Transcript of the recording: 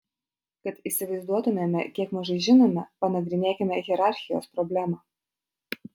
kad įsivaizduotumėme kiek mažai žinome panagrinėkime hierarchijos problemą